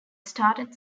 started